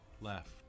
left